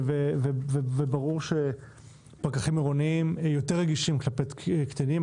וברור שפקחים עירוניים יותר רגישים כלפי קטינים,